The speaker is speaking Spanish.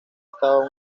estaba